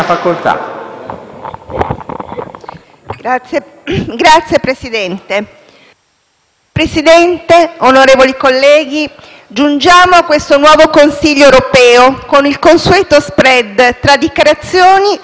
Presidente, onorevoli colleghi, giungiamo a questo nuovo Consiglio europeo con il consueto *spread* tra dichiarazioni, fatti e risultati che contraddistingue ormai l'agire di questo Governo e dei suoi azionisti.